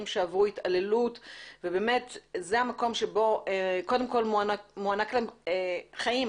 שעברו התעללות וזה המקום שבו קודם כל מוענקים להם חיים,